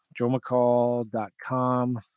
joemccall.com